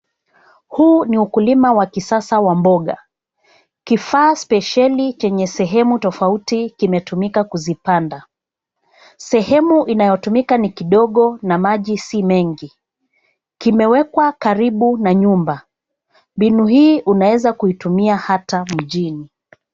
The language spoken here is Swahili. Huu ni ukulima wa kisasa mboga. Kifaa spesheli chenye sehemu tofauti kimetumika kuzipanda. Sehemu inayotumika ni kidogo na maji si mengi, kimewekwa karibu na nyumba. Mbinu hii unaeza kuitumia hata mjini.